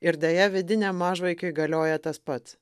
ir deja vidiniam mažvaikiui galioja tas pats